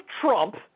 Trump